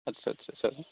आच्चा आच्चा